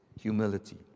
humility